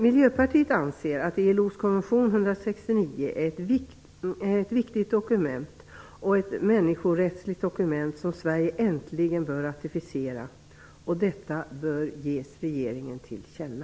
Miljöpartiet anser att ILO:s konvention 169 är ett viktigt människorättsligt dokument som Sverige äntligen bör ratificera. Detta bör ges regeringen till känna.